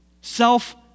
Self